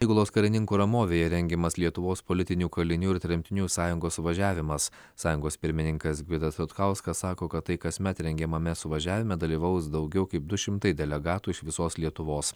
įgulos karininkų ramovėje rengiamas lietuvos politinių kalinių ir tremtinių sąjungos suvažiavimas sąjungos pirmininkas gvidas rutkauskas sako kad tai kasmet rengiamame suvažiavime dalyvaus daugiau kaip du šimtai delegatų iš visos lietuvos